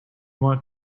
want